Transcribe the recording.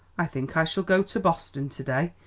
i think i shall go to boston to-day,